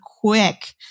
quick